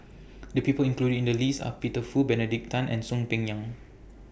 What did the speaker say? The People included in The list Are Peter Fu Benedict Tan and Soon Peng Yam